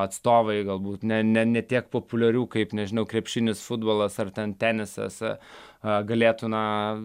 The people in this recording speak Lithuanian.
atstovai galbūt ne ne ne tiek populiarių kaip nežinau krepšinis futbolas ar ten tenisas galėtų na